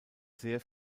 sehr